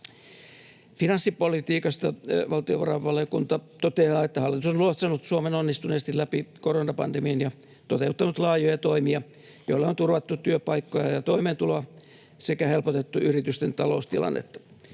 Finanssipolitiikasta valtiovarainvaliokunta toteaa, että hallitus on luotsannut Suomen onnistuneesti läpi koronapandemian ja toteuttanut laajoja toimia, joilla on turvattu työpaikkoja ja toimeentuloa sekä helpotettu yritysten taloustilannetta.